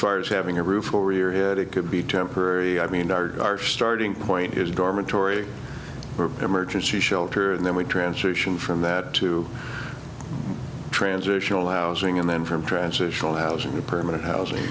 far as having a roof over your head it could be temporary i mean our starting point is dormitory emergency shelter and then we transition from that to transitional housing and then from transitional housing a permanent housing